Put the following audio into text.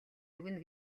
өгнө